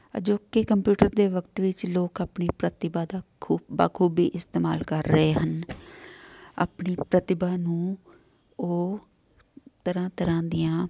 ਅਜੋਕੇ ਕੰਪਿਊਟਰ ਦੇ ਵਕਤ ਵਿੱਚ ਲੋਕ ਆਪਣੀ ਪ੍ਰਤਿਭਾ ਦਾ ਖੂ ਬਾਖੂਬੀ ਇਸਤੇਮਾਲ ਕਰ ਰਹੇ ਹਨ ਆਪਣੀ ਪ੍ਰਤਿਭਾ ਨੂੰ ਉਹ ਤਰ੍ਹਾਂ ਤਰ੍ਹਾਂ ਦੀਆਂ